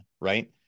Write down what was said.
right